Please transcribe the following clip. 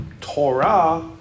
Torah